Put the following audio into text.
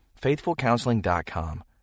FaithfulCounseling.com